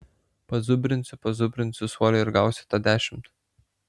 pazubrinsiu pazubrinsiu suole ir gausiu tą dešimt